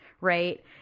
right